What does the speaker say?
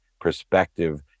perspective